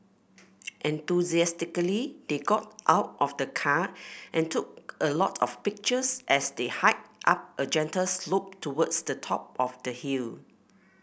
enthusiastically they got out of the car and took a lot of pictures as they hiked up a gentle slope towards the top of the hill